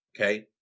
Okay